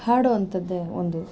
ಹಾಡುವಂಥದ್ದೇ ಒಂದು